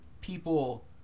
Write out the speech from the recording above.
people